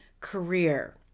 career